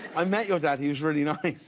i met your dad, he was really nice.